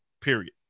period